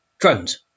drones